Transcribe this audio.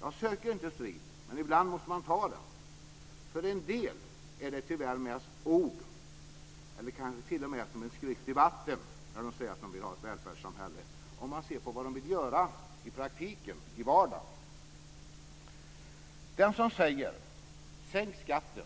Jag söker inte striden, men ibland måste man ta den. För en del är det tyvärr mest ord, eller kanske t.o.m. skrift i vatten, när de säger att de vill ha ett välfärdssamhälle om man ser på vad de vill göra i praktiken, i vardagen. En del säger: Sänk skatten.